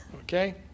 Okay